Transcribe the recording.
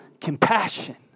compassion